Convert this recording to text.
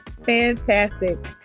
Fantastic